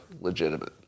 legitimate